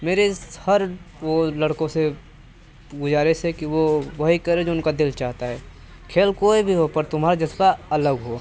मेरे इस हर वो लड़कोण से गुजारिश है कि वो वही करें जो उनका दिल चाहता है खेल कोई भी हो पर तुम्हारा जज़्बा अलग हो